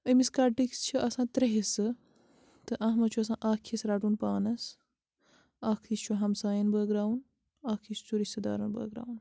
أمِس کَٹٕکۍ چھِ آسان ترٛےٚ حصہٕ تہٕ اَتھ منٛز چھُ آسان اَکھ حِصہٕ رَٹُن پانَس اَکھ حصہٕ چھُ ہمسایَن بٲگٕراوُن اَکھ حصہٕ چھُ رِشتہٕ دارَن بٲگٕراوُن